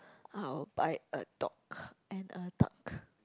I will buy a dog and a dock